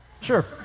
Sure